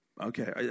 Okay